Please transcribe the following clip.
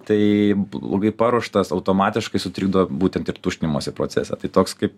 tai blogai paruoštas automatiškai sutrikdo būtent ir tuštinimosi procesą tai toks kaip